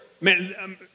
Man